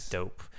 Dope